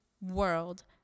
world